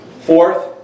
Fourth